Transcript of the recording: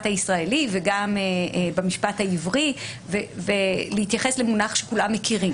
הישראלי וגם במשפט העברי ולהתייחס למונח שכולם מכירים.